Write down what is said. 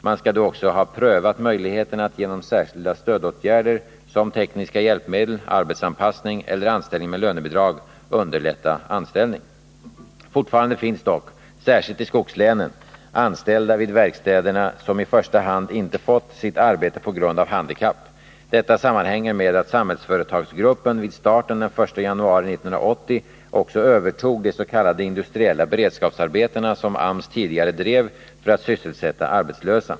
Man skall då också ha prövat möjligheterna att genom särskilda stödåtgärder som tekniska hjälpmedel, arbetsanpassning eller anställning Fortfarande finns dock, särskilt i skogslänen, anställda vid verkstäderna som i första hand inte fått sitt arbete på grund av handikapp. Detta sammanhänger med att Samhällsföretagsgruppen vid starten den 1 januari 1980 också övertog de s.k. industriella beredskapsarbetena som AMS tidigare drev för att sysselsätta arbetslösa.